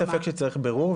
אין ספק שצריך בירור,